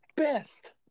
Best